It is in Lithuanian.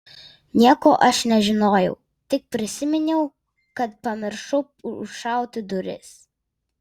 nieko aš nežinojau tik prisiminiau kad pamiršau užšauti duris